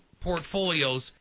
portfolios